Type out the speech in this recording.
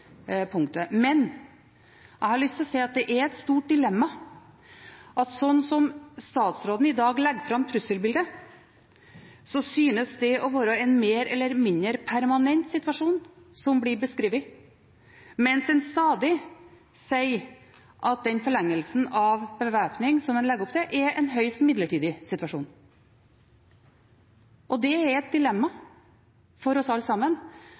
punktet. Men jeg har lyst til å si at det er et stort dilemma at slik som statsråden i dag legger fram trusselbildet, synes det å være en mer eller mindre permanent situasjon som blir beskrevet, mens en stadig sier at den forlengelsen av bevæpning som en legger opp til, er en høyst midlertidig situasjon. Det er et dilemma for oss alle sammen,